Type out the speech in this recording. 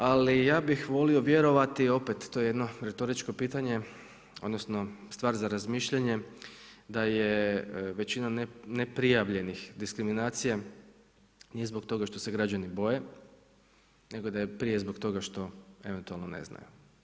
Ali ja bih volio vjerovati opet to je jedno retoričko pitanje, odnosno stvar za razmišljanje da je većina neprijavljenih diskriminacija nije zbog toga što se građani boje, nego da je prije zbog toga što eventualno ne znaju.